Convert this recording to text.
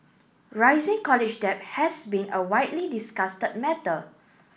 rising college debt has been a widely discussed matter